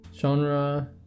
genre